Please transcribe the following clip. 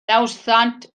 nawddsant